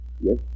Yes